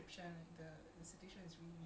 because you're not in that situation apa